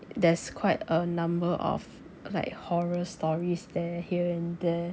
there's quite a number of like horror stories there here and there